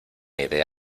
idea